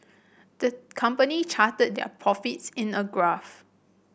the company charted their profits in a graph